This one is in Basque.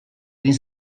egin